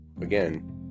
Again